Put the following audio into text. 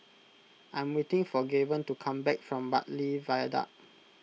I am waiting for Gaven to come back from Bartley Viaduct